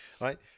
Right